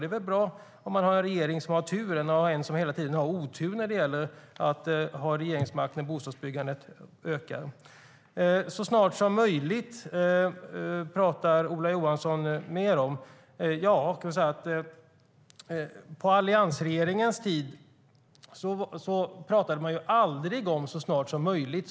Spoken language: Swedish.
Det är väl bättre att ha en regering som har tur än en som hela tiden har otur när det gäller att ha regeringsmakten när bostadsbyggandet ökar. Så snart som möjligt, talar Ola Johansson om. På alliansregeringens tid talade man aldrig om så snart som möjligt.